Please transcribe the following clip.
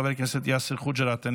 חבר הכנסת יאסר חוג'יראת,